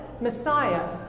messiah